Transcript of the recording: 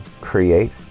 create